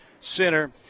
center